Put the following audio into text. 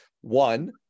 one